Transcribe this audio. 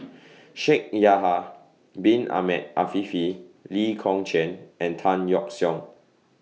Shaikh Yahya Bin Ahmed Afifi Lee Kong Chian and Tan Yeok Seong